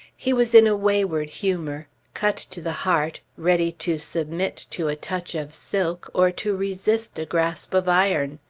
he was in a wayward humor cut to the heart, ready to submit to a touch of silk, or to resist a grasp of iron.